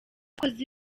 akoze